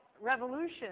Revolution